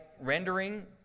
rendering